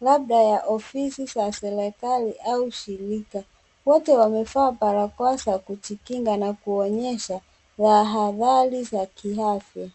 labda ya ofisi ya serikali au shirika. Wote wamevaa barakoa za kujikinga na kuonyesha tahadhari za kiafya.